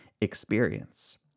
experience